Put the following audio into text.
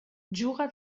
juga